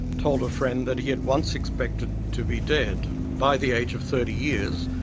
told a friend that he had once expected to be dead by the age of thirty years,